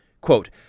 Quote